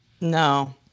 no